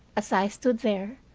as i stood there,